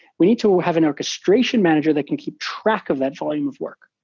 we need to have an orchestration manager that can keep track of that volume of work,